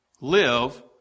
live